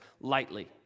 lightly